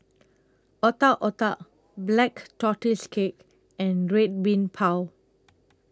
Otak Otak Black Tortoise Cake and Red Bean Bao